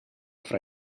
fra